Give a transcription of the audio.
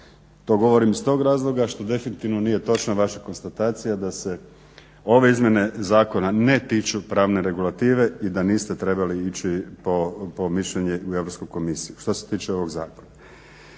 To govorim iz tog razloga što definitivno nije točna vaša konstatacija da se ove izmjene zakona ne tiču pravne regulative i da niste trebali ići po mišljenje u Europsku komisiju što se tiče ovog zakona.